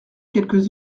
quelques